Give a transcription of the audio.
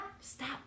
stop